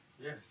Yes